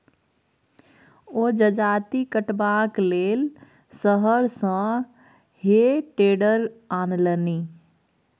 ओ जजाति कटबाक लेल शहर सँ हे टेडर आनलनि